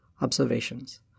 observations